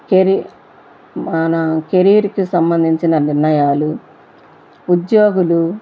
కెరి మన కెరియర్కి సంబంధించిన నిర్ణయాలు ఉద్యోగులు